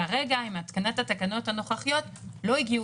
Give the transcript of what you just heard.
כרגע עם התקנת התקנות הנוכחיות לא הגיעו